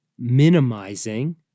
minimizing